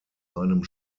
einem